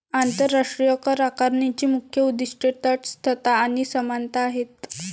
आंतरराष्ट्रीय करआकारणीची मुख्य उद्दीष्टे तटस्थता आणि समानता आहेत